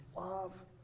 love